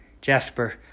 Jasper